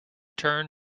turn